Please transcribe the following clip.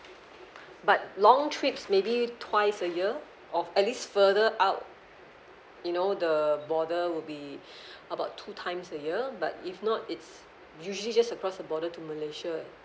but long trips maybe twice a year of at least further out you know the border will be about two times a year but if not it's usually just across the border to malaysia